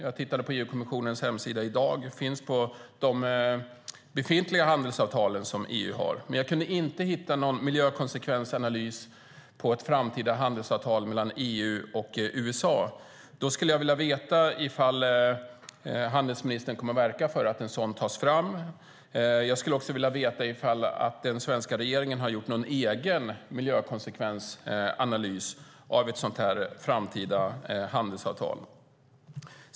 Jag tittade på EU-kommissionens hemsida i dag, och sådana analyser finns på de befintliga handelsavtalen som EU har, men jag kunde inte hitta någon miljökonsekvensanalys på ett framtida handelsavtal mellan EU och USA. Jag skulle vilja veta ifall handelsministern kommer att verka för att en sådan tas fram. Jag skulle också vilja veta om den svenska regeringen har gjort någon egen miljökonsekvensanalys av ett sådant framtida handelsavtal.